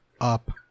up